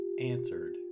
answered